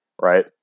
right